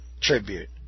tribute